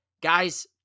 guys